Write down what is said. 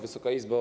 Wysoka Izbo!